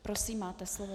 Prosím máte slovo.